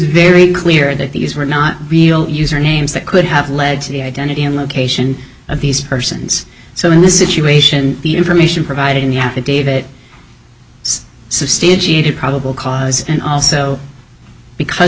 very clear that these were not real user names that could have led to the identity and location of these persons so in this situation the information provided in the affidavit substantiated probable cause and also because